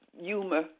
humor